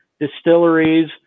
distilleries